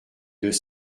deux